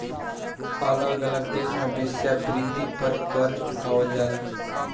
अलग अलग देश में वेश्यावृत्ति पर कर चुकावल जाला